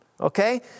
Okay